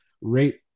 rate